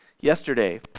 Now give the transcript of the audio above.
Yesterday